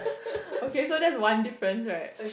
okay so that's one different right